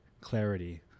clarity